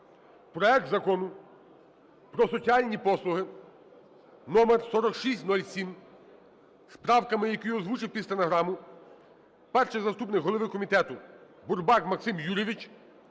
проект Закону про соціальні послуги (№ 4607) з правками, які озвучив під стенограму перший заступник голови комітету Бурбак Максим Юрійович,